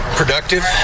productive